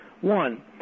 One